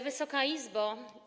Wysoka Izbo!